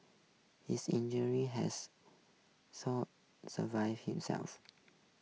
his injury has so survived himself